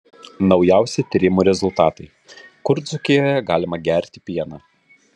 naujausi tyrimų rezultatai kur dzūkijoje galima gerti pieną